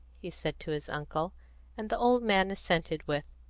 he said to his uncle and the old man assented with,